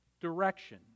direction